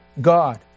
God